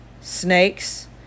snakes